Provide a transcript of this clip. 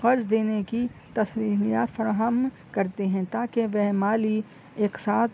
قرض دینے کی تسلیمات فراہم کرتے ہیں تاکہ وہ مالی ایک ساتھ